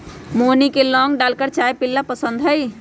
मोहिनी के लौंग डालकर चाय पीयला पसंद हई